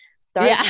Start